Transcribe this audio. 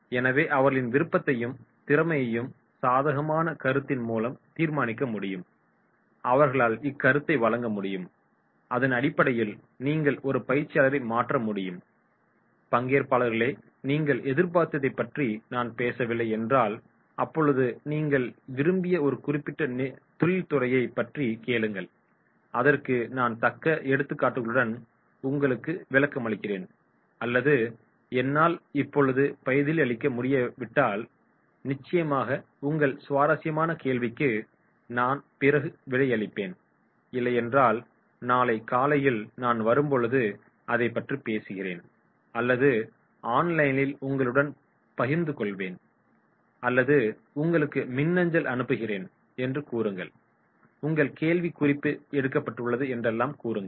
எனவே அவர்களின் விருப்பத்தையும் திறமையும் சாதகமான கருத்தின் மூலம் தீர்மானிக்க முடியும் அவர்களால் இக்கருத்தை வழங்க முடியும் அதன் அடிப்படையில் நீங்கள் ஒரு பயிற்சியாளரை மாற்ற முடியும் பங்கேற்பாளர்களே நீங்கள் எதிர்பார்த்ததை பற்றி நான் பேசவில்லை என்றால் அப்பொழுது நீங்கள் விரும்பிய ஒரு குறிப்பிட்ட தொழிற்துறையை பற்றி கேளுங்கள் அதற்கு நான் தக்க எடுத்துக்காட்டுகளுடன் உங்களுக்கு விளக்கமளிக்கிறேன் அல்லது என்னால் இப்பொழுது பதிலளிக்க முடியாவிட்டால் நிச்சயமாக உங்கள் சுவாரஸ்யமான கேள்விக்கு நான் பிறகு விடையளிப்பேன் இல்லையென்றால் நாளை காலையில் நான் வரும் பொழுது அதை பற்றி பேசுகிறேன் அல்லது ஆன்லைனில் உங்களுடன் பகிர்ந்து கொள்வேன் அல்லது உங்களுக்கு மின்னஞ்சல் அனுப்புகிறேன் என்று கூறுங்கள் உங்கள் கேள்வி குறிப்பு எடுக்கப்பட்டுள்ளது என்றெல்லாம் கூறுங்கள்